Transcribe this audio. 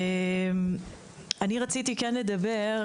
אני רציתי כן לדבר,